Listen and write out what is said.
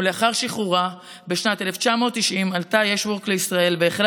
ולאחר שחרורה בשנת 1990 עלתה ישוורק לישראל והחלה